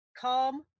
calm